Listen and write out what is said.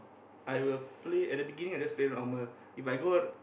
I will play at the beginning I just play normal If I go